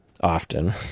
often